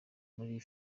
muri